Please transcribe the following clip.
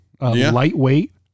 lightweight